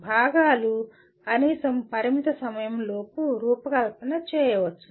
భాగాలు కనీసం పరిమిత సమయం లోపు రూపకల్పన చేయవచ్చు